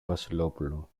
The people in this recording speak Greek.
βασιλόπουλο